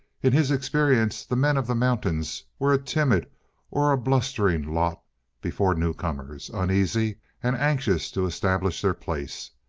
in his experience, the men of the mountains were a timid or a blustering lot before newcomers, uneasy, and anxious to establish their place.